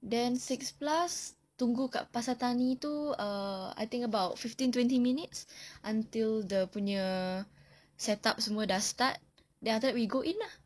then six plus tunggu kat pasar tani itu err I think about fifteen twenty minutes until dia punya set up semua sudah start then we go in ah